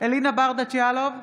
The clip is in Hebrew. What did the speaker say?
אלינה ברדץ' יאלוב,